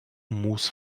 muß